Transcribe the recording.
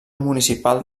municipal